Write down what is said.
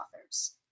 authors